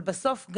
אבל בסוף,